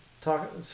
talk –